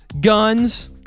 guns